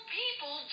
people